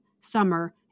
summer